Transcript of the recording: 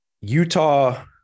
Utah